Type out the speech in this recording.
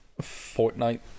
Fortnite